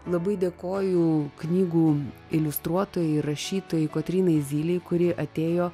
labai dėkoju knygų iliustruotojai rašytojai kotrynai zylei kuri atėjo